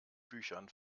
büchern